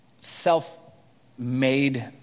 self-made